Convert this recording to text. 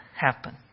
happen